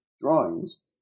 drawings